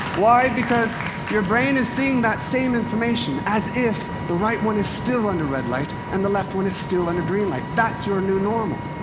why? because your brain is seeing that same information as if the right one is still under red light, and the left one is still under green light. that's your new normal.